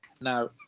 Now